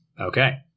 Okay